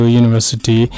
university